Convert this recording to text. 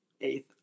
Eighth